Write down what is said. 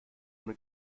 ohne